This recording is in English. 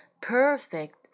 perfect